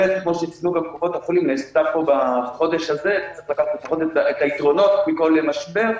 כפי שציינו גם קופות החולים צריך לבחון את היתרונות מאז המשבר,